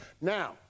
Now